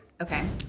Okay